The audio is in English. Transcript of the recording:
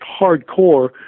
hardcore